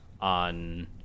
on